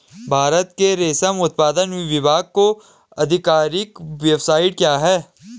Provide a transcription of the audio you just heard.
भारत के रेशम उत्पादन विभाग का आधिकारिक वेबसाइट क्या है?